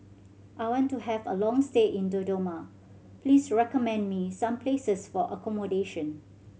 I want to have a long stay in Dodoma please recommend me some places for accommodation